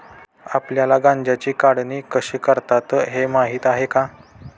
आपल्याला गांजाची कापणी कशी करतात हे माहीत आहे का?